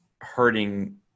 hurting